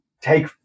take